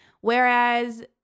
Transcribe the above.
whereas